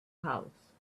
house